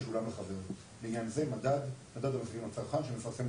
אם אתה יכול להסביר רק למה ירדו כל ההגדרות שהיו בנוסח שהונח לפני